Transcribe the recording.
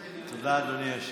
תודה, אדוני היושב-ראש.